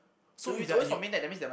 so if they are in your